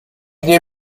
nie